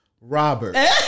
robert